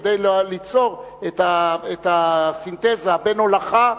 כדי ליצור את הסינתזה בין הולכה,